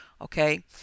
Okay